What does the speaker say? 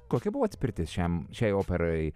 kokia buvo atspirtis šiam šiai operai